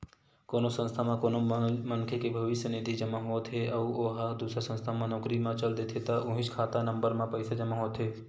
कोनो संस्था म कोनो मनखे के भविस्य निधि जमा होत हे अउ ओ ह दूसर संस्था म नउकरी म चल देथे त उहींच खाता नंबर म पइसा जमा होथे